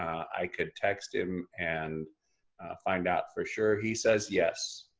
i could text him and find out for sure, he says yes.